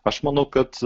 aš manau kad